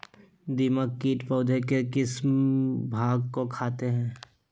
दीमक किट पौधे के किस भाग को खाते हैं?